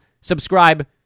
subscribe